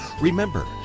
Remember